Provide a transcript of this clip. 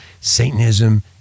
Satanism